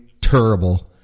terrible